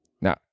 now